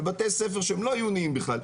בבתי ספר שהם לא עיוניים בכלל,